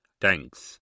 Thanks